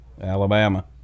Alabama